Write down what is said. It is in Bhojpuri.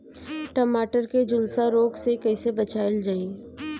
टमाटर को जुलसा रोग से कैसे बचाइल जाइ?